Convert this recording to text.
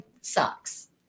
socks